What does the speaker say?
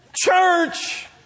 Church